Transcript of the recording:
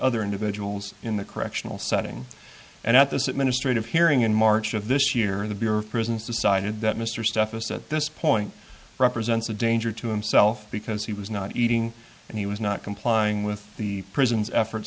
other individuals in the correctional setting and at this administrative hearing in march of this year and the bureau of prisons decided that mr stuff us at this point represents a danger to himself because he was not eating and he was not complying with the prisons effort